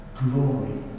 glory